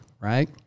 right